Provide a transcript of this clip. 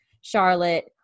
Charlotte